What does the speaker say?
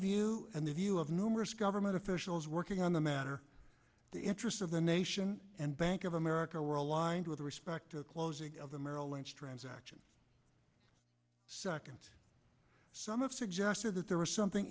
view and the view of numerous government officials working on the matter the interest of the nation and bank of america were aligned with respect to the closing of the merrill lynch transaction second some of suggested that there was something